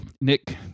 Nick